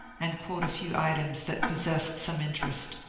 and quote a few items that possess some interest